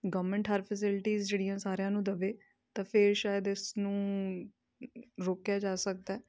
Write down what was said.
government ਹਰ facilities ਜਿਹੜੀਆਂ ਸਾਰਿਆਂ ਨੂੰ ਦਵੇ ਤਾਂ ਫਿਰ ਸ਼ਾਇਦ ਇਸ ਨੂੰ ਰੋਕਿਆ ਜਾ ਸਕਦਾ